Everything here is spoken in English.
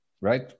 right